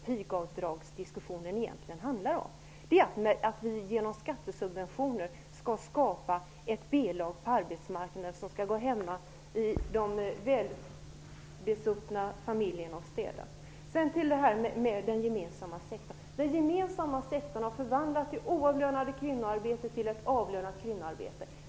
Pigavdragsdiskussionen handlar om att med skattesubventioner skapa ett B-lag på arbetsmarknaden, ett B-lag som skall gå hemma hos de välbesuttna familjerna och städa. Den gemensamma sektorn har förvandlat det oavlönade kvinnoarbetet till ett avlönat kvinnoarbete.